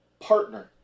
partner